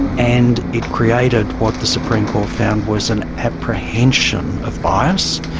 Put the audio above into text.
and it created what the supreme court found was an apprehension of bias.